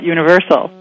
Universal